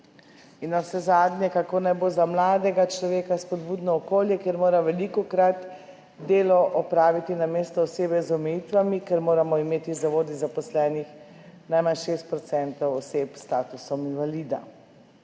In navsezadnje, kako naj bo za mladega človeka spodbudno okolje, kjer mora velikokrat delo opraviti namesto osebe z omejitvami, ker moramo imeti v zavodih zaposlenih najmanj 6 % oseb s statusom invalida?